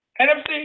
NFC